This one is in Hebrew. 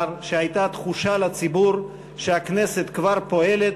שהייתה תחושה בציבור שהכנסת כבר פועלת,